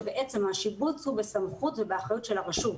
שבעצם השיבוץ הוא בסמכות ובאחריות של הרשות.